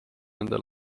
nende